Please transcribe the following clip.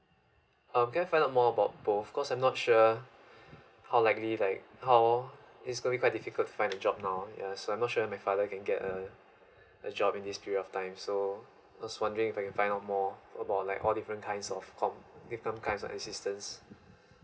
uh can I find out more about both cause I'm not sure how likely like how it's quite difficult to find a job now yeah so I'm not sure my father can get uh job in this period of time so I was wondering if I can find out more about like all different kinds of com different kinds of assistance